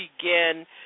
begin